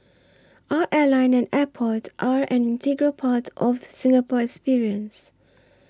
our airline and airport are an integral part of the Singapore experience